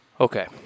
Okay